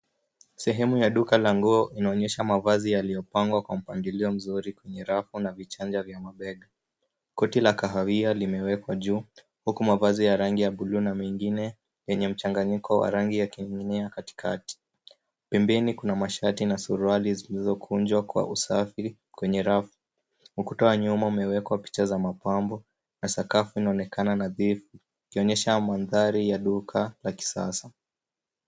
Sehemu ya duka la nguo inaonyesha mavazi yaliyo pangwa kwa mpangilio mzuri kwenye rafu na vichanja va mabega. Koti la kahawia limewekwa juu, huku mavazi ya rangi ya bluu na mengine yenye mchanganiko wa rangi yakining'inia katikati . Pembeni kuna mashati na suruali zilizokunjwa kwa usafi kwenye rafu. Uktua wa nyuma umewekwa picha za mapambo na sakafu inaonekana nadhifu ikionyesha maandhari ya duka la kisasa.